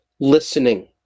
listening